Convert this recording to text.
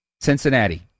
Cincinnati